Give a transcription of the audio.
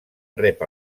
rep